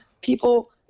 people